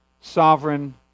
sovereign